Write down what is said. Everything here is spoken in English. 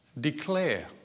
Declare